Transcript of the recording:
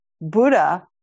Buddha